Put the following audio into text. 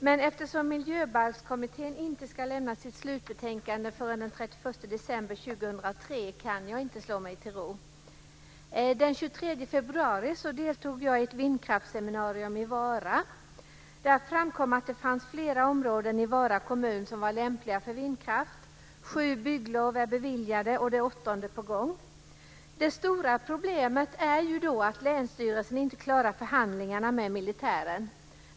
Men eftersom Miljöbalkskommittén inte ska lämna sitt slutbetänkande förrän den december 2003 kan jag inte slå mig till ro. Den 23 februari deltog jag i ett vindkraftseminarium i Vara. Där framkom att det fanns flera områden i Vara kommun som var lämpliga för vindkraft. Sju bygglov är beviljade och det åttonde är på gång. Det stora problemet är dock att länsstyrelsen inte klarar förhandlingarna med militären.